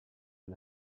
and